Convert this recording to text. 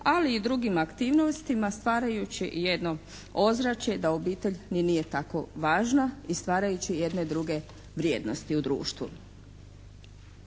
ali i drugim aktivnostima stvarajući jedno ozračje da obitelj ni nije tako važna i stvarajući jedne druge vrijednosti u društvu.